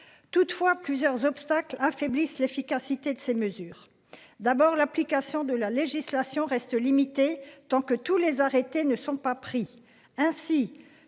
Toutefois plusieurs obstacles affaiblissent l'efficacité de ces mesures. D'abord l'application de la législation restent limitées tant que tous les arrêtés ne sont pas pris.